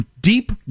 deep